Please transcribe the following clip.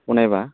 बनायबा